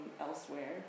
elsewhere